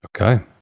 Okay